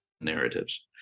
narratives